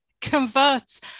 converts